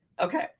Okay